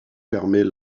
permet